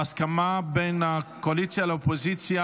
בהסכמה בין הקואליציה לאופוזיציה,